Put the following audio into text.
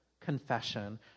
confession